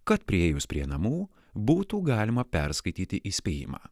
kad priėjus prie namų būtų galima perskaityti įspėjimą